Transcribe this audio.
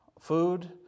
food